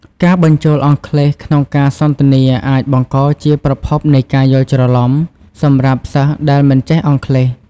ការបញ្ចូលអង់គ្លេសក្នុងការសន្ទនាអាចបង្កជាប្រភពនៃការយល់ច្រឡំសម្រាប់សិស្សដែលមិនចេះអង់គ្លេស។